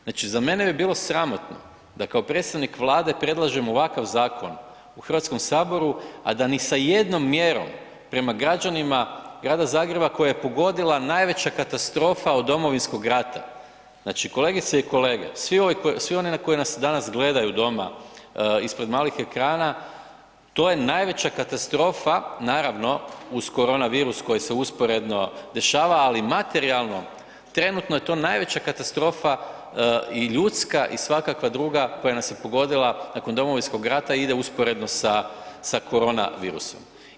Znači za mene bi bilo sramotno da kao predstavnik Vlade predlažem ovakav zakon u HS-u a da ni sa jednom mjerom prema građanima grada Zagreba koje je pogodila najveća katastrofa od Domovinskog rata, znači kolegice i kolege, svi oni koji nas danas gledaju doma, ispred malih ekrana, to je najveća katastrofa, naravno, uz koronavirus koji se usporedno dešava, ali materijalno, trenutno je to najveća katastrofa i ljudska i svakakva druga koja nas je pogodila nakon Domovinskog rata i ide usporedno sa koronavirusom.